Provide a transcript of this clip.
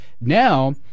Now